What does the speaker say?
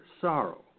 sorrow